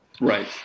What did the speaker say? Right